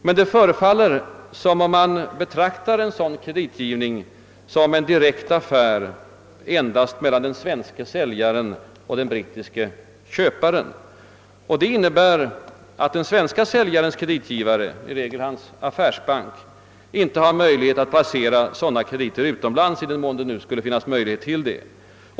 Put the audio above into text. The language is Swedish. Men det förefaller som om man betraktade en sådan kreditgivning som en affär endast mellan den svenske säljaren och den brittiske köparen. Det innebär att den svenske säljarens kreditgivare — i regel hans affärsbank — inte har möjlighet att placera sådana krediter utomlands i den mån det nu skulle finnas möjlighet till det.